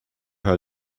how